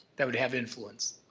that would have influence.